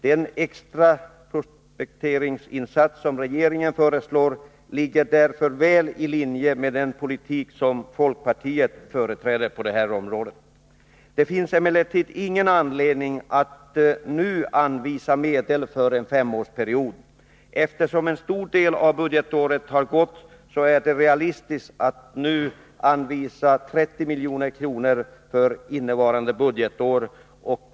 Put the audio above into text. Den extra prospekteringsinsats som regeringen föreslår ligger därför väl i linje med den politik som folkpartiet företräder på detta område. Det finns emellertid ingen anledning att nu anvisa medel för en femårsperiod. Eftersom en stor del av budgetåret har gått är det realistiskt att nu anvisa 30 milj.kr. för innevarande budgetår.